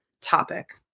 topic